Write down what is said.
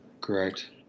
Correct